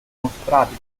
mostrati